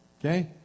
Okay